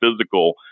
physical